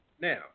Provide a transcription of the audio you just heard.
Now